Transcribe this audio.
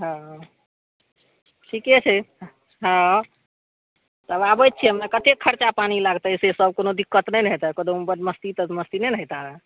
हँ ठीके छै हँ तब आबय छियै हमरा कते खर्चा पानि लागतय से सब कोनो दिक्कत नहि ने हेतय कतौ बदमस्ती तदमस्ती नहि ने हेतय